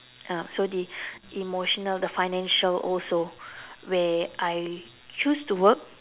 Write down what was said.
uh so the emotional the financial also where I choose to work